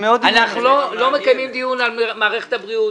אנחנו לא מקיימים דיון על על מערכת הבריאות.